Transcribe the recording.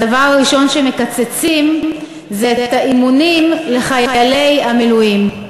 הדבר הראשון שמקצצים זה האימונים לחיילי המילואים.